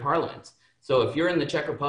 אז יש אנשים שאוהבים את ישראל באפריקה,